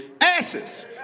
Asses